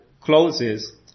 closes